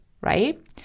right